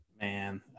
Man